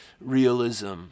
realism